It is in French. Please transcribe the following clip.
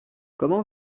comment